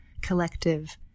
collective